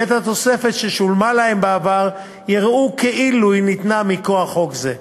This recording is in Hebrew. ואת התוספת ששולמה להם בעבר יראו כאילו היא ניתנה מכוח חוק זה.